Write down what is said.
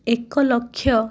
ଏକ ଲକ୍ଷ